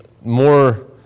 more